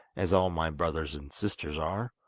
as all my brothers and sisters are